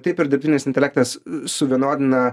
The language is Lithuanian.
taip ir dirbtinis intelektas suvienodina